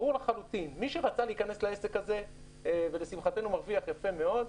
ברור לחלוטין שמי שרצה להיכנס לעסק הזה ולשמחתנו מרוויח יפה מאוד,